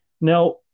Now